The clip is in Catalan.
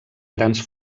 grans